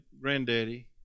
granddaddy